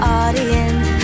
audience